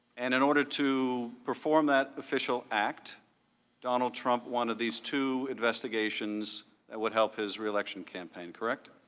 and in order to perform that official act donald trump wanted these two investigations that would help his reelection campaign, correct?